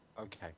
Okay